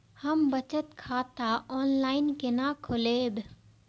हम बचत खाता ऑनलाइन केना खोलैब?